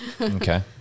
Okay